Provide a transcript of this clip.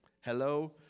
Hello